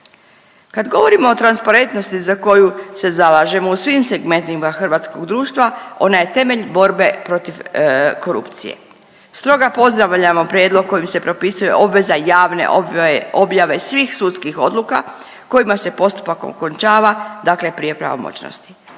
Kad govorimo o transparentnosti za koju se zalažemo u svim segmentima hrvatskog društva ona je temelj borbe protiv korupcije. Stoga pozdravljamo prijedlog kojima se propisuje obveza javne ove objave svih sudskih odluka kojima se postupak okončava, dakle prije pravomoćnosti.